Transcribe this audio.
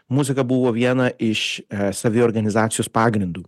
muzika buvo viena iš saviorganizacijos pagrindų